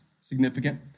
significant